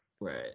Right